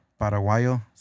Paraguayo